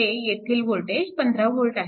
हे येथील voltage 15V आहे